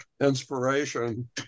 inspiration